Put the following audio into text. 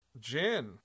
Jin